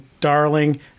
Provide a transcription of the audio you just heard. darling